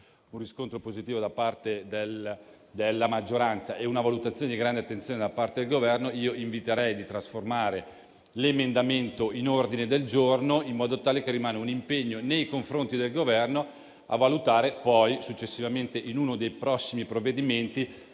un riscontro positivo anche da parte della maggioranza e una valutazione di grande attenzione da parte del Governo, inviterei i presentatori a trasformare l'emendamento in un ordine del giorno, in modo tale che rimanga un impegno nei confronti del Governo a riproporre il tema in uno dei prossimi provvedimenti,